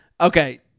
Okay